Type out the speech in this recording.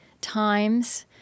times